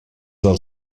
del